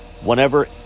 Whenever